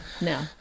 No